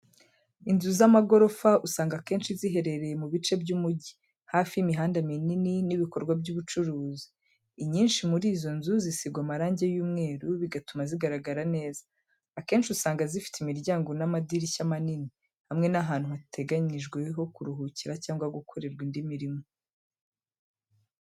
Inzu z’amagorofa, usanga akenshi ziherereye mu bice by'umujyi, hafi y'imihanda minini n'ibikorwa by'ubucuruzi. Inyinshi muri izo nzu zisigwa amarangi y'umweru, bigatuma zigaragara neza. Akenshi usanga zifite imiryango n'amadirishya manini, hamwe n'ahantu hateganyijwe ho kuruhukira cyangwa gukorerwa indi mirimo.